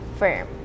firm